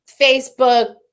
Facebook